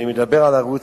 מדבר על ערוץ-10.